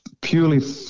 Purely